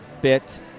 bit